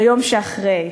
ביום שאחרי?